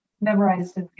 memorized